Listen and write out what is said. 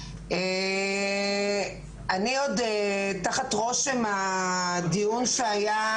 אני עוד תחת רושם הדיון שהיה